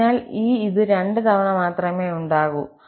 അതിനാൽ ഈ ഇത് 2 തവണ മാത്രമേ ഉണ്ടാകൂ